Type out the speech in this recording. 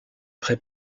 très